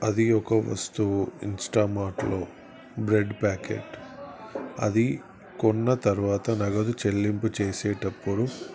అది ఒక వస్తువు ఇన్స్టామార్ట్లో బ్రెడ్ ప్యాకెట్ అది కొన్న తర్వాత నగదు చెల్లింపు చేసేటప్పుడు